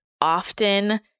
often